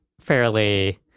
fairly